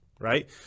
right